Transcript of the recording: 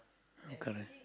correct